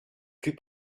plus